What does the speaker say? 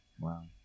Wow